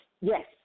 Yes